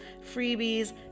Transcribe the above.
freebies